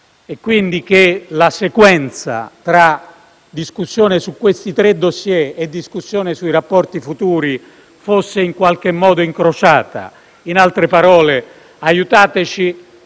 e quindi che la sequenza tra discussione sui tre *dossier* e discussione sui rapporti futuri fosse in qualche modo incrociata; in altre parole: «aiutateci